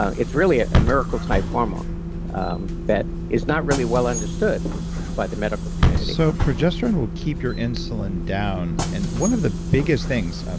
um it's really ah a miracle type hormone that is not really well understood by the medical community so progesterone will keep your insulin down, and one of the biggest things.